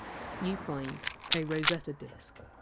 you find a rosetta disk,